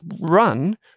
run